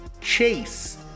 Chase